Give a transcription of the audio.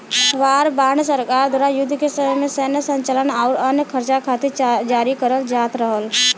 war bond सरकार द्वारा युद्ध के समय में सैन्य संचालन आउर अन्य खर्चा खातिर जारी करल जात रहल